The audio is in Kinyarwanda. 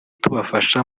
tubafasha